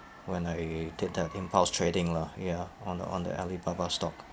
when I did that impulse trading lah ya on the on the alibaba stock